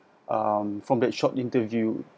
um from that short interview